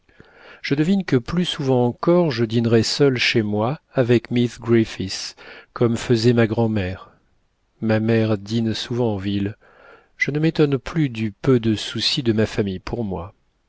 je devine que plus souvent encore je dînerai seule chez moi avec miss griffith comme faisait ma grand'mère ma mère dîne souvent en ville je ne m'étonne plus du peu de souci de ma famille pour moi